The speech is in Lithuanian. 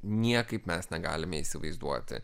niekaip mes negalime įsivaizduoti